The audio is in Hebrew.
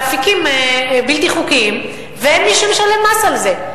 באפיקים בלתי חוקיים, ואין מי שמשלם מס על זה.